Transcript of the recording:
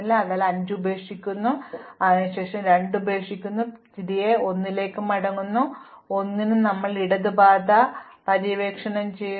അതിനാൽ ഞങ്ങൾ 5 ഉപേക്ഷിക്കുന്നു അതുപോലെ തന്നെ ഞങ്ങൾ 2 ഉപേക്ഷിക്കുന്നു ഞങ്ങൾ 1 ലേക്ക് മടങ്ങുന്നു ഇപ്പോൾ 1 ന് ഞങ്ങൾ ഈ ഇടത് പാത പര്യവേക്ഷണം ചെയ്യുന്നു